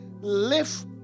live